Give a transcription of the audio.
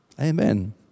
Amen